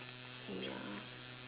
ya